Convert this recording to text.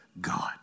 God